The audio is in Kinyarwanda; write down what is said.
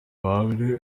bane